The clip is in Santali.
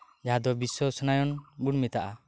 ᱡᱟᱦᱟ ᱫᱚ ᱵᱤᱥᱥᱚ ᱩᱥᱱᱟᱭᱚᱱ ᱵᱚᱱ ᱢᱮᱛᱟᱜᱼᱟ